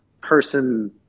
person